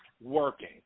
Working